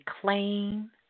claim